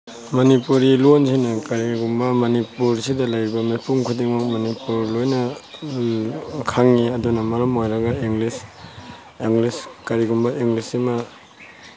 ꯃꯅꯤꯄꯨꯔꯤ ꯂꯣꯟꯁꯤꯅ ꯀꯔꯤꯒꯨꯝꯕ ꯃꯅꯤꯄꯨꯔꯁꯤꯗ ꯂꯩꯔꯤꯕ ꯃꯤꯄꯨꯝ ꯈꯨꯗꯤꯡꯃꯛ ꯃꯅꯤꯄꯨꯔ ꯂꯣꯏꯅ ꯈꯪꯏ ꯑꯗꯨꯅ ꯃꯔꯝ ꯑꯣꯏꯔꯒ ꯏꯪꯂꯤꯁ ꯏꯪꯂꯤꯁ ꯀꯔꯤꯒꯨꯝꯕ ꯏꯪꯂꯤꯁꯁꯤꯅ